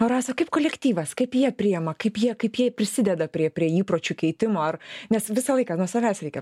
o rasa kaip kolektyvas kaip jie priima kaip jie kaip jie prisideda prie prie įpročių keitimo ar nes visą laiką nuo savęs reikia